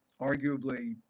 arguably